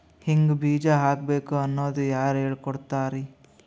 ಹಿಂಗ್ ಬೀಜ ಹಾಕ್ಬೇಕು ಅನ್ನೋದು ಯಾರ್ ಹೇಳ್ಕೊಡ್ತಾರಿ?